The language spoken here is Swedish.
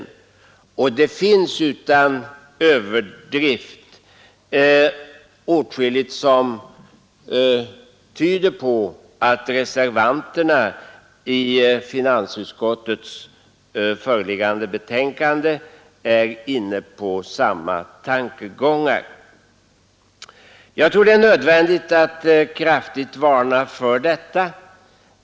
Det finns utan överdrift åtskilligt som tyder på att de som reserverat sig mot finansutskottets föreliggande betänkande är inne på samma tankegångar. Jag tror det är nödvändigt att kraftigt varna för detta.